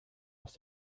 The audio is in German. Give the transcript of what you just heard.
aus